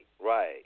right